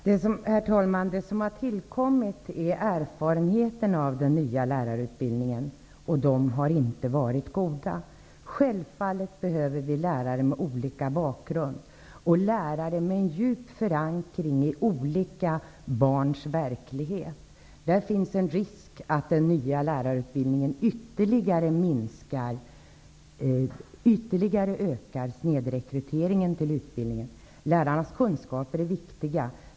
Herr talman! Det som har tillkommit är erfarenheterna av de nya lärarutbildningen. De har inte varit goda. Självfallet behöver vi lärare med olika bakgrund. Det skall vara lärare med djup förankring i olika barns verklighet. Där finns en risk för att den nya lärarutbildningen ytterligare ökar snedrekryteringen till utbildningen. Lärarnas kunskaper är viktiga.